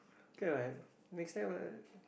okay what next time uh